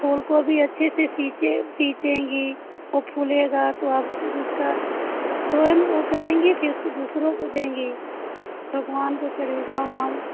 फूल को भी अच्छे से सीखे सीखेंगी वह फूलेगा तो आप खुद उसका करेंगी फ़िर खुद दूसरों को देंगी भगवान को चढ़ेगा